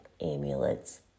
amulets